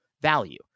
value